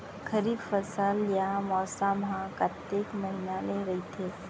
खरीफ फसल या मौसम हा कतेक महिना ले रहिथे?